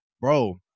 bro